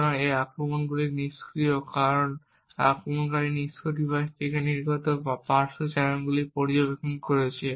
সুতরাং এই আক্রমণগুলি নিষ্ক্রিয় কারণ আক্রমণকারী নিষ্ক্রিয়ভাবে ডিভাইস থেকে নির্গত পার্শ্ব চ্যানেলগুলি পর্যবেক্ষণ করছে